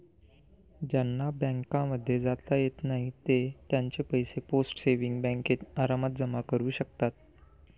ज्यांना बँकांमध्ये जाता येत नाही ते त्यांचे पैसे पोस्ट सेविंग्स बँकेत आरामात जमा करू शकतात